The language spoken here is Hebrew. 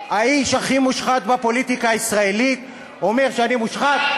האיש הכי מושחת בפוליטיקה הישראלית אומר שאני מושחת?